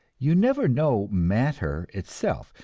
you never know matter itself,